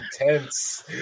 intense